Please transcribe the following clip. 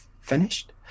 finished